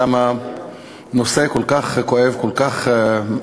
כיצד נושא כל כך כואב ומהותי,